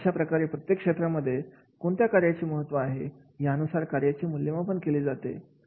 अशाप्रकारे प्रत्येक क्षेत्रामध्ये कोणत्या कार्याचे महत्त्व आहे यानुसार कार्याचे मूल्यमापन केले जाते